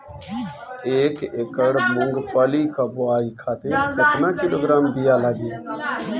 एक एकड़ मूंगफली क बोआई खातिर केतना किलोग्राम बीया लागी?